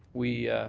we